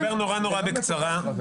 אדבר בקצרה.